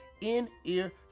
in-ear